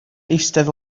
eistedd